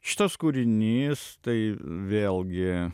šitas kūrinys tai vėlgi